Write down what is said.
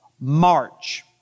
march